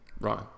Right